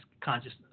consciousness